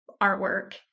artwork